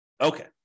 Okay